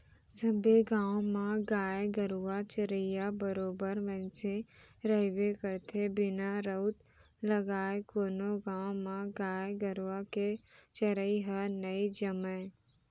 सबे गाँव म गाय गरुवा चरइया बरोबर मनसे रहिबे करथे बिना राउत लगाय कोनो गाँव म गाय गरुवा के चरई ह नई जमय